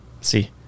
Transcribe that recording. see